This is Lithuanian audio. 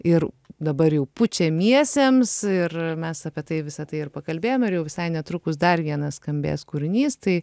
ir dabar jau pučiamiesiems ir mes apie tai visa tai ir pakalbėjom ir jau visai netrukus dar vienas skambės kūrinys tai